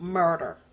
murder